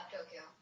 Tokyo